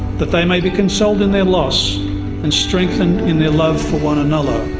that they may be consoled in their loss and strengthened in their love for one another.